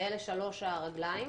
אלה שלוש הרגליים,